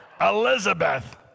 Elizabeth